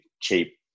cheap